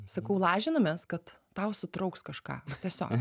sakau lažinamės kad tau sutrauks kažką tiesiog